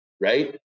right